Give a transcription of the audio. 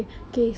ya